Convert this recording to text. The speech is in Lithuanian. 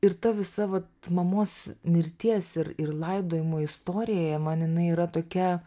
ir ta visa vat mamos mirties ir ir laidojimo istorija man jinai yra tokia